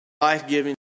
life-giving